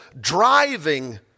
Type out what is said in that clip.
driving